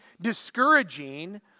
discouraging